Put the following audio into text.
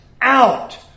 out